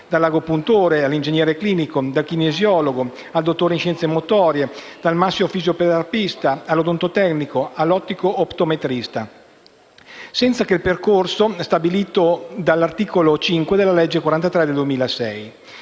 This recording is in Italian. dall'agopuntore, all'ingegnere clinico, dal chinesiologo al dottore in scienze motorie, dal massofisioterapista all'odontotecnico e all'ottico optometrista, senza il percorso stabilito dall'articolo 5 della legge n. 43 del 2006.